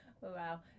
Wow